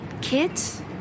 Kids